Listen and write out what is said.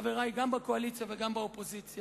חברי גם בקואליציה וגם באופוזיציה,